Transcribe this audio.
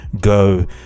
go